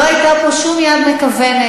לא הייתה פה שום יד מכוונת.